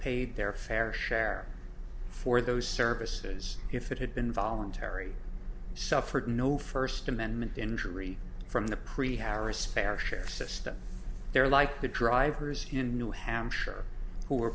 paid their fair share for those services if it had been voluntary suffered no first amendment injury from the prehaps spare share system there like the drivers in new hampshire who are